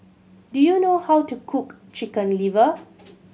do you know how to cook Chicken Liver